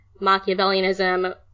Machiavellianism